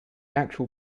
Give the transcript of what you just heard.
actual